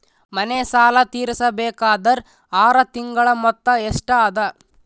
ಮನೆ ಸಾಲ ತೀರಸಬೇಕಾದರ್ ಆರ ತಿಂಗಳ ಮೊತ್ತ ಎಷ್ಟ ಅದ?